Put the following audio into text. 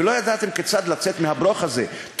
ולא ידעתם כיצד לצאת מהברוך הזה.